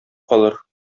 калыр